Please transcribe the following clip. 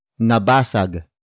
nabasag